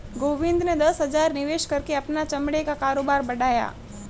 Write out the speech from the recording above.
गोविंद ने दस हजार निवेश करके अपना चमड़े का कारोबार बढ़ाया